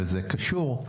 וזה קשור.